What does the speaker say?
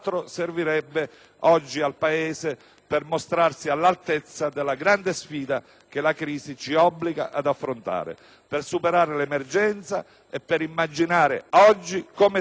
oggi al Paese per mostrarsi all'altezza della grande sfida che la crisi ci obbliga ad affrontare, per superare l'emergenza e per immaginare oggi come sarà il Paese